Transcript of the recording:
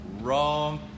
Wrong